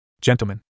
Gentlemen